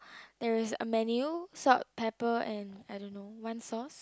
there is a menu salt pepper and I don't know one sauce